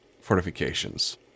fortifications